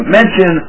mention